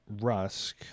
Rusk